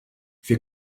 wir